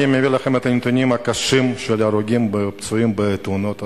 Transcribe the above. אני מביא לכם את הנתונים הקשים של ההרוגים והפצועים בתאונות הדרכים.